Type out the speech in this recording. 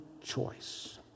choice